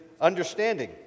Understanding